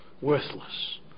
worthless